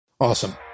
Awesome